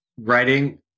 Writing